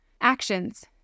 Actions